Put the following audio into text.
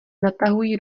natahují